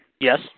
Yes